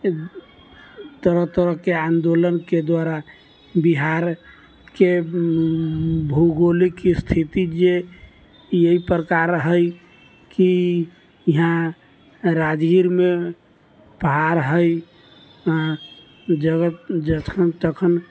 तरह तरहके आन्दोलनके द्वारा बिहारके भौगोलिक स्थिति जे एहि प्रकार है कि यहाँ राजगिरमे पहाड़ है जखन तखन